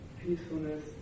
peacefulness